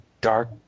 Dark